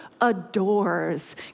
adores